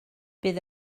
bydd